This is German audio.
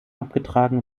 abgetragen